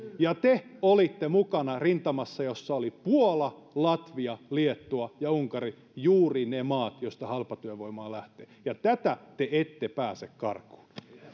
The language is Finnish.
ja te olitte mukana rintamassa jossa oli puola latvia liettua ja unkari juuri ne maat joista halpatyövoimaa lähtee ja tätä te ette pääse karkuun